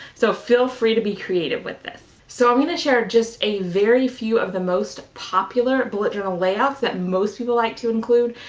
so feel free to be creative with this. so i'm gonna share a very few of the most popular bullet journal layouts that most people like to include,